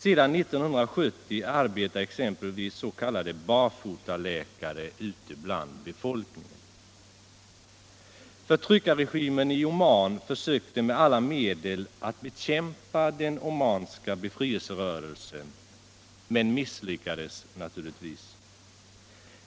Sedan 1970 arbetar s.k. barfotaläkare ute bland befolkningen. Förtryckarregimen i Oman försökte med alla medel att bekämpa den omanska befrielserörelsen men misslyckades naturligtvis.